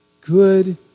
good